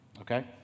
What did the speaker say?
okay